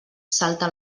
salta